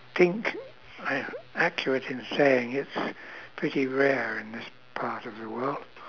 think I actually I can saying it's pretty rare in this part of the world